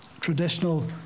traditional